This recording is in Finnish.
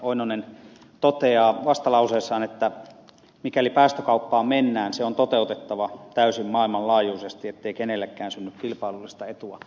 oinonen toteaa vastalauseessaan että mikäli päästökauppaan mennään se on toteuttava täysin maailmanlaajuisesti ettei kenellekään synny kilpailullista etua